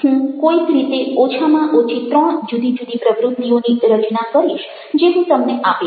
હું કોઈક રીતે ઓછામાં ઓછી ત્રણ જુદી જુદી પ્રવૃત્તિઓની રચના કરીશ જે હું તમને આપીશ